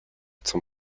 zum